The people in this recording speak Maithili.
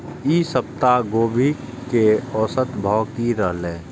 ई सप्ताह गोभी के औसत भाव की रहले?